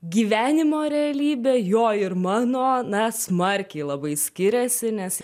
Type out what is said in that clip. gyvenimo realybė jo ir mano na smarkiai labai skiriasi nes